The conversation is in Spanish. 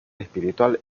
espiritual